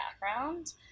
background